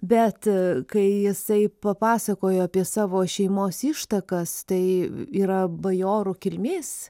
bet kai jisai papasakojo apie savo šeimos ištakas tai yra bajorų kilmės